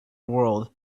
world